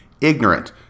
ignorant